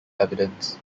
evidence